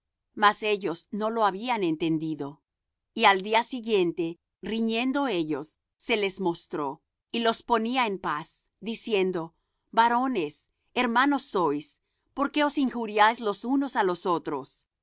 mas ellos no lo habían entendido y al día siguiente riñendo ellos se les mostró y los ponía en paz diciendo varones hermanos sois por que os injuriáis los unos á los otros